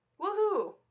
Woohoo